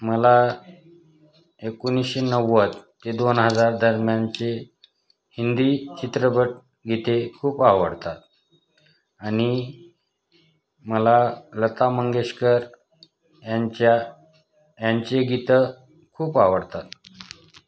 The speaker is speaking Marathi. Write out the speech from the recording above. मला एकोणीशे नव्वद ते दोन हजार दरम्यानचे हिंदी चित्रपटगीते खूप आवडतात आणि मला लता मंगेशकर यांच्या यांची गीतं खूप आवडतात